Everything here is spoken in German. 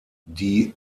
die